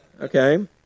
Okay